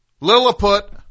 Lilliput